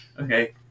Okay